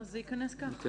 זה ייכנס ככה,